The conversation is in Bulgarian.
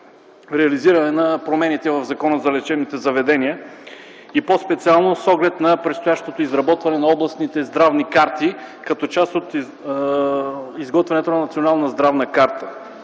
реализиране на промените в Закона за лечебните заведения, и по-специално с оглед на предстоящото изработване на областните здравни карти като част от изготвянето на Националната здравна карта.